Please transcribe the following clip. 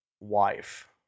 wife